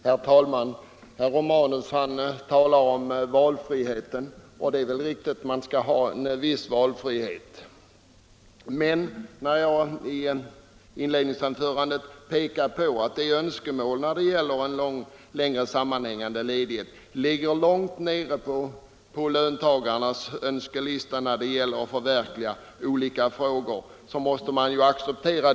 Herr talman! Herr Romanus talar om valfrihet, och det väl riktigt att man skall ha en viss valfrihet. Men i mitt inledningsanförande pekade jag på att önskemålet om en längre sammanhängande ledighet ligger långt ned på löntagarnas önskelista, och detta måste vi acceptera.